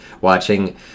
watching